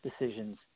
decisions